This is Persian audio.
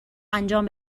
انجام